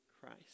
Christ